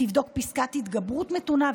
תבדוק פסקת התגברות מתונה,